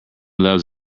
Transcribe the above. loves